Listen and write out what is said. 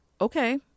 okay